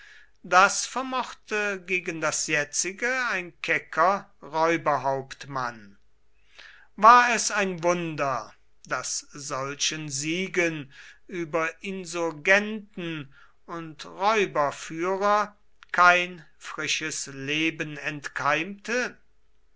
das vermochte gegen das jetzige ein kecker räuberhauptmann war es ein wunder daß solchen siegen über insurgenten und räuberführer kein frisches leben entkeimte